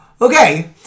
Okay